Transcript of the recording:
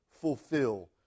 fulfill